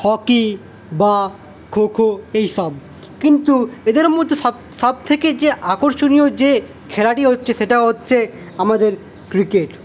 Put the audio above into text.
hockey বা খোখো এইসব কিন্তু এদের মধ্যে সব সবথেকে আকর্ষণীয় যে খেলাটি হচ্ছে সেটা হচ্ছে আমাদের ক্রিকেট